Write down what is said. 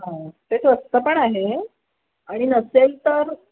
हा ते स्वस्त पण आहे आणि नसेल तर